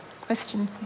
question